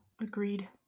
Agreed